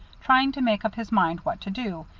trying to make up his mind what to do,